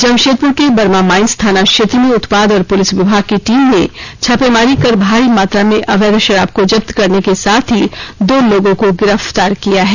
जमशेदपुर के Burma Mines थाना क्षेत्र में उत्पाद और पुलिस विभाग की टीम ने छापेमारी कर भारी मात्रा में अवैध शराब को जब्त करने के साथ ही दो लोगों को गिरफ्तार किया है